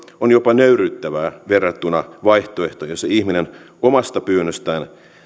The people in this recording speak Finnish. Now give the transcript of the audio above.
on jopa nöyryyttävää verrattuna vaihtoehtoon jossa ihminen omasta pyynnöstään